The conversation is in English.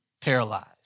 paralyzed